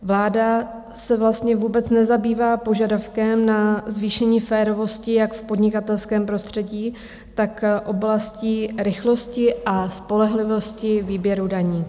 Vláda se vlastně vůbec nezabývá požadavkem na zvýšení férovosti jak v podnikatelském prostředí, tak oblastí rychlosti a spolehlivosti výběru daní.